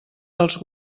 dels